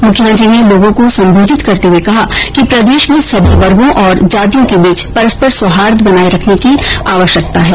मुख्यमंत्री ने लोगों को सम्बोधित करते हुए कहा कि प्रदेश में सभी वर्गों और जातियों के बीच परस्पर सौहार्द बनाए रखने की आवश्यकता है